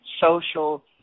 social